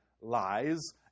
lies